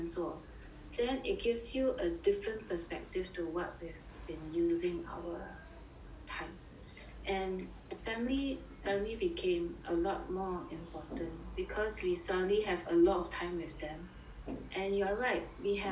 then it gives you a different perspective to what we have been using our time and family suddenly became a lot more important because we suddenly have a lot of time with them and you're right we have